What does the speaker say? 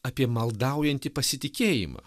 apie maldaujantį pasitikėjimą